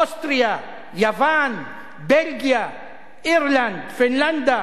אוסטריה, יוון, בלגיה, אירלנד, פינלנד,